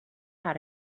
how